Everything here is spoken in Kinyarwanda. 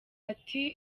ati